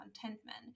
contentment